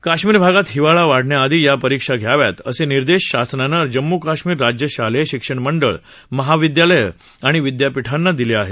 कश्मीर भागात हिवाळा वाढण्याआधी या परीक्षा घ्याव्यात असे निर्देश शासनानं जम्मू कश्मीर राज्य शालेय शिक्षण मंडळ महाविद्यालयं आणि विद्यापिठांना दिले आहेत